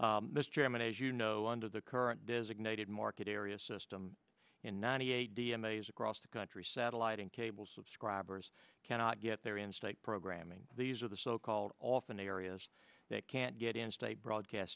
chairman as you know under the current designated market area system in ninety eight d m a is across the country satellite and cable subscribers cannot get there in state programming these are the so called often areas that can't get in state broadcast